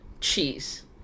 cheese